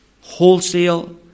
wholesale